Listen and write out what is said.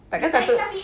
takkan satu